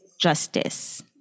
justice